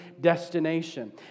destination